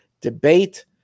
debate